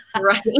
Right